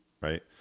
Right